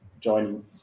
joining